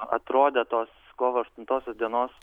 atrodė tos kovo aštuntosios dienos